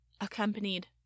accompanied